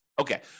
Okay